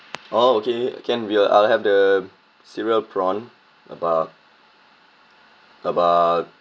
oh okay can we'll I'll have the cereal prawn about about